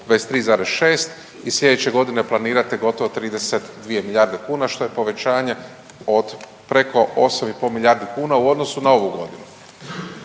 23,6 i slijedeće godine planirate gotovo 32 milijarde kuna što je povećanje od preko 8,5 milijardi kuna u odnosu na ovu godinu.